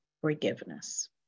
forgiveness